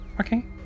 okay